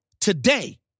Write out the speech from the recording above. today